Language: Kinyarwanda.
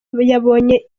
yabonye